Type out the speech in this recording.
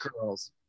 curls